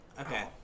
okay